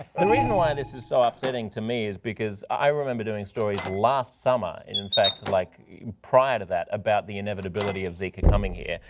the reason why this is so upsetting to me is because i remember doing stories last summer n in fact, like prior to that, about the inevitability of zika coming here.